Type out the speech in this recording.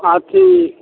आ अथी